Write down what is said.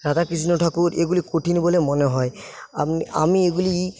রাধাকৃষ্ণ ঠাকুর এগুলো কঠিন বলে মনে হয় আমি আমি এগুলি